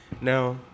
Now